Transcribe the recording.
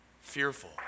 fearful